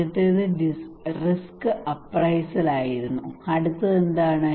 ആദ്യത്തേത് risk appraisal ആയിരുന്നു അടുത്തത് എന്താണ്